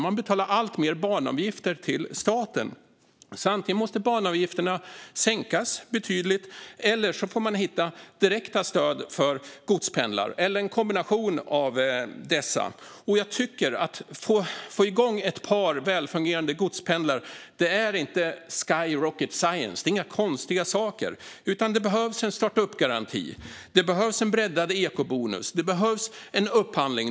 Det betalas alltmer banavgifter till staten, så antingen måste banavgifterna sänkas betydligt eller så får man hitta direkta stöd för godspendlar. Det kan också vara en kombination av dessa. Att få igång ett par välfungerande godspendlar är inte rocket science - det är inga konstiga saker. Det behövs en starta upp-garanti. Det behövs en breddad ekobonus. Det behövs en upphandling.